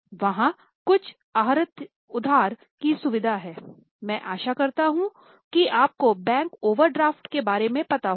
वहाँ कुछ आहरित उधार की सुविधा हैं मैं आशा करता हूँ कि आप को बैंक ओवरड्राफ्ट के बारे में पता होगा